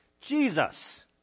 Jesus